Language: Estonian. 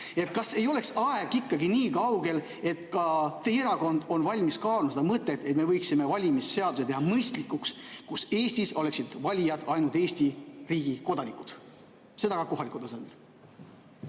Kas ei oleks aeg ikkagi nii kaugel, et ka teie erakond on valmis kaaluma seda mõtet, et me võiksime valimisseaduse teha mõistlikuks, nii et Eestis oleksid valijad ainult Eesti riigi kodanikud ja seda ka kohalikul tasandil?